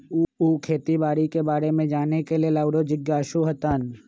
उ खेती बाड़ी के बारे में जाने के लेल आउरो जिज्ञासु हतन